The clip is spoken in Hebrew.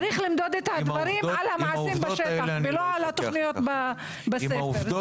צריך למדוד את הדברים מול המעשים בשטח ולא על תוכניות שכתובות בספר.